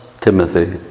Timothy